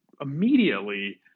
immediately